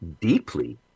deeply